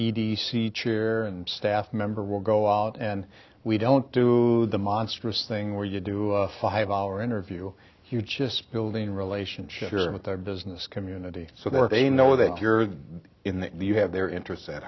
e d c cheer and staff member will go out and we don't do the monstrous thing where you do a five hour interview you just building relationships with the business community so they know that you're in the you have their interests at